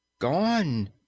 Gone